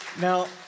Now